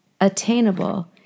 attainable